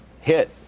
hit